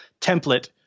template